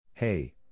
Hey